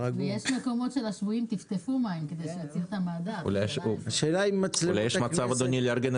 הראשוניים, בשלב שהוא מבקש את